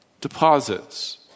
deposits